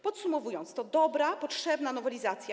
Podsumowując, to dobra, potrzebna nowelizacja.